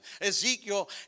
Ezekiel